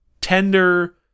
Tender